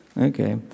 Okay